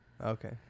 Okay